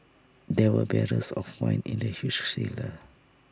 there were barrels of wine in the huge cellar